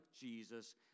Jesus